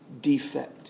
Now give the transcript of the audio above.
defect